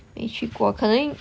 没去过可能